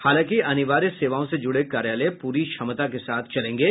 हालांकि अनिवार्य सेवाओं से जुड़े कार्यालय पूरी क्षमता के साथ चलेंगे